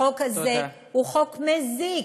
החוק הזה הוא חוק מזיק,